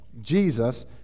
Jesus